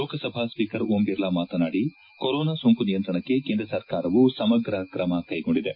Lok Sabha speaker Om Birla ಮಾತನಾಡಿ corona ಸೋಂಕು ನಿಯಂತ್ರಣಕ್ಕೆ ಕೇಂದ್ರ ಸರ್ಕಾರವು ಸಮಗ್ರ ಕ್ರಮ ಕೈಗೊಂಡಿದೆ